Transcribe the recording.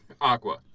aqua